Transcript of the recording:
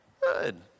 Good